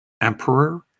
emperor